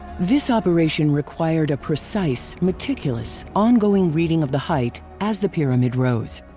this operation required a precise, meticulous, ongoing reading of the height as the pyramid rose.